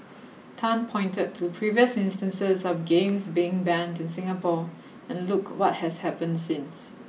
Tan pointed to previous instances of games being banned in Singapore and look what has happened since